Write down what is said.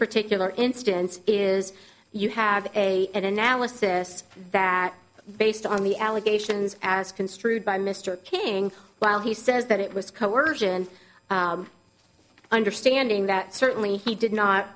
particular instance is you have a an analysis that based on the allegations as construed by mr king while he says that it was coercion understanding that certainly he did not